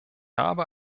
habe